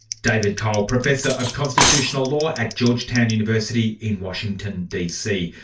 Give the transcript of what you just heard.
david cole, professor of constitutional law at georgetown university in washington dc.